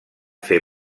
fer